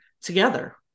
together